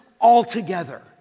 altogether